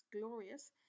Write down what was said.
glorious